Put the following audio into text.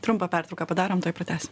trumpą pertrauką padarom tuoj pratęsim